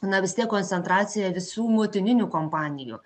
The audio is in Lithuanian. na vis tiek koncentracija visų motininių kompanijų